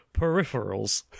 peripherals